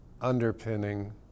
underpinning